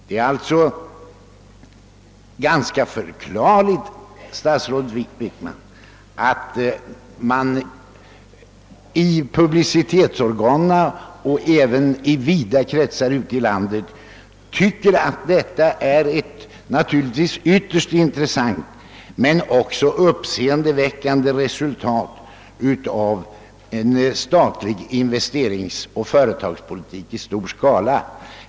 Det är alltså ganska förklarligt, statsrådet Wickman, att pressen och stora delar av allmänheten tycker att detta är ett ytterst intressant men också uppseendeväckande resultat av en statlig investeringsoch företagspolitik i stor skala.